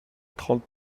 trente